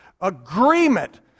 Agreement